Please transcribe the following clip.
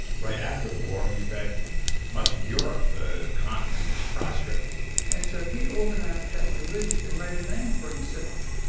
right after the war, he fed much of europe. the continent was prostrate and so he organized that relief and made a name for himself,